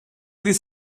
this